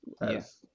Yes